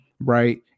Right